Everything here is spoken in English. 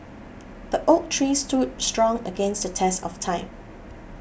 the oak tree stood strong against the test of time